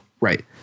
Right